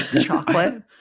Chocolate